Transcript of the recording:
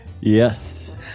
Yes